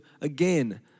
again